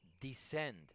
descend